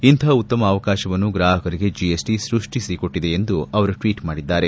ಇಂತಹ ಉತ್ತಮ ಅವಕಾಶ ಗ್ರಾಹಕರಿಗೆ ಜೆಎಸ್ಟಿ ಸೃಷ್ಟಿಸಿಕೊಟ್ಟಿದೆ ಎಂದು ಅವರು ಟ್ವೀಟ್ ಮಾಡಿದ್ದಾರೆ